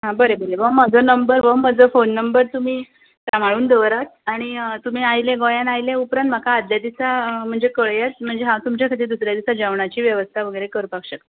आं बरें बरें हो म्हजो नंबर हो म्हजो फोन नंबर तुमी सांबाळून दवरात आनी तुमी आयले गोंयांत आयले उपरांत म्हाका आदले दिसा कळयात म्हणजे हांव तुमचे खातीर दुसरें दिसा जेवणाची वेवस्था वगैरे करपाक शकता